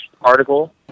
article